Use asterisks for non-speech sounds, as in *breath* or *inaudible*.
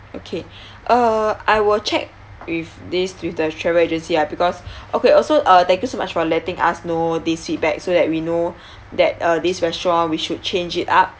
okay *breath* uh I will check with this with the travel agency ah because okay also uh thank you so much for letting us know this feedback so that we know *breath* that uh this restaurant we should change it up